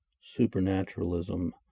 supernaturalism